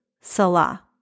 Salah